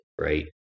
right